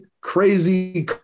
crazy